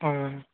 ᱚ